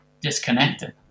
disconnected